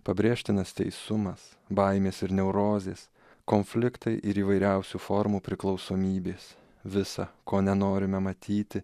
pabrėžtinas teisumas baimės ir neurozės konfliktai ir įvairiausių formų priklausomybės visa ko nenorime matyti